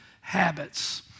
Habits